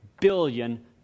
billion